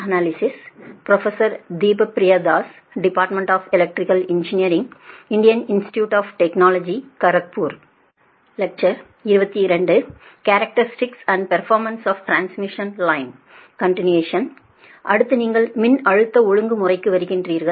அடுத்து நீங்கள் மின்னழுத்த ஒழுங்கு முறைக்கு வருகிறீர்கள்